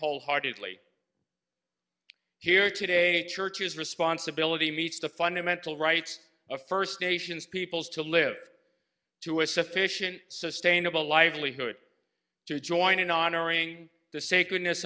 wholeheartedly here today churches responsibility meets the fundamental rights of first nations peoples to live to a sufficient sustainable livelihood to join in honoring the sacredness